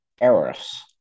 errors